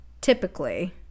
typically